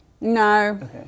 No